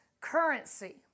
currency